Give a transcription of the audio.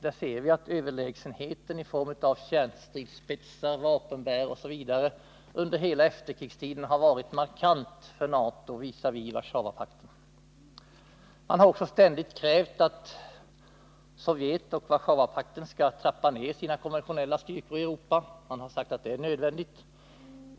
Där ser vi att överlägsenheten i form av kärnstridsspetsar, vapenbärare osv. under hela efterkrigstiden varit markant för NATO visavi Warszawapakten. Man har också ständigt krävt att Sovjet och Warszawapakten skall trappa ner sina konventionella styrkor i Europa. Man har sagt att det är nödvändigt.